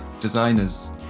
designers